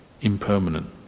impermanent